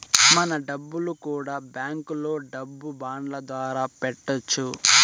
మన డబ్బులు కూడా బ్యాంకులో డబ్బు బాండ్ల ద్వారా పెట్టొచ్చు